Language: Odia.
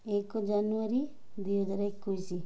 ଏକ ଜାନୁଆରୀ ଦୁଇହଜାର ଏକୋଇଶି